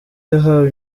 yahawe